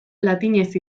latinez